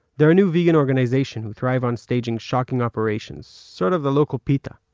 they're a new vegan organization who thrive on staging shocking operations. sort of the local peta.